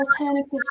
alternative